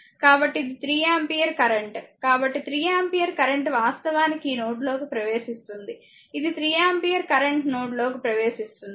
కాబట్టి ఇది 3 ampere current కాబట్టి 3 ఆంపియర్ కరెంట్ వాస్తవానికి ఈ నోడ్లోకి ప్రవేశిస్తుంది ఇది 3 ఆంపియర్ కరెంట్ నోడ్లోకి ప్రవేశిస్తుంది